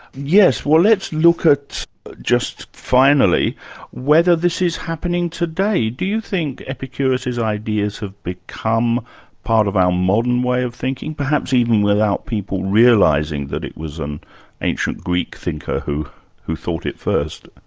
yes, well let's look at just finally whether this is happening today. do you think epicurus' ideas have become part of our modern way of thinking? perhaps even without people realising that it was an ancient greek thinker who who thought it first?